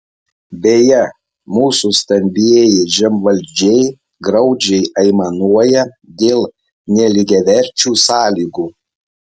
beje mūsų stambieji žemvaldžiai graudžiai aimanuoja dėl nelygiaverčių sąlygų